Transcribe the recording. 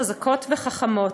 חזקות וחכמות,